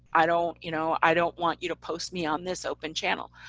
i don't you know i don't want you to post me on this open channel.